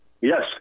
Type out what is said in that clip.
Yes